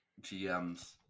GMs